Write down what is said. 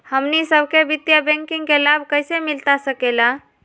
हमनी सबके वित्तीय बैंकिंग के लाभ कैसे मिलता सके ला?